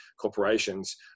corporations